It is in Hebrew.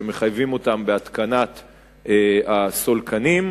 שמחייבים אותם בהתקנת הסולקנים,